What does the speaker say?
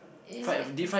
isn't it